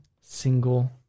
single